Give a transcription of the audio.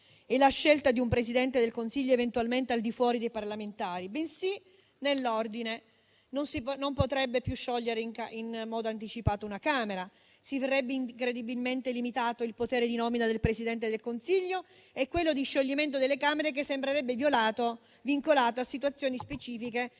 e la scelta di un Presidente del Consiglio, eventualmente al di fuori dei parlamentari, bensì, nell'ordine: non potrebbe più sciogliere in modo anticipato una Camera; si vedrebbe incredibilmente limitato il potere di nomina del Presidente del Consiglio e quello di scioglimento delle Camere, che sembrerebbe vincolato a situazioni specifiche